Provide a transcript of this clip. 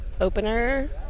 Opener